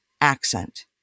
accent